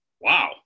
wow